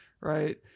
right